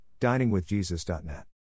diningwithjesus.net